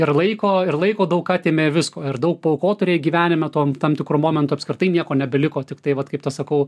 ir laiko ir laiko daug ką atėmė visko ir daug paaukot turėjai gyvenime tom tam tikru momentu apskritai nieko nebeliko tiktai vat kaip tas sakau